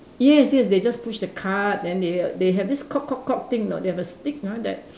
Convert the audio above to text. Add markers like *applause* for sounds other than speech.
yes yes they just push the cart then they they have this *noise* thing you know they had a stick ah that